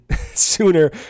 sooner